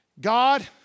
God